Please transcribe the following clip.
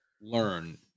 learn